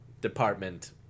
department